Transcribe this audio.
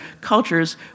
cultures